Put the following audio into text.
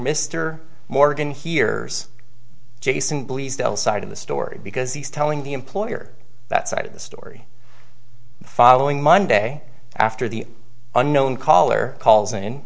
mr morgan here jason bleasdale side of the story because he's telling the employer that side of the story following monday after the unknown caller calls